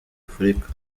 afurika